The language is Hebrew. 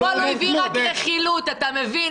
אתמול הוא הביא רק רכילות, אתה מבין?